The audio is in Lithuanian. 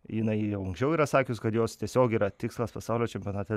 jinai jau anksčiau yra sakius kad jos tiesiog yra tikslas pasaulio čempionate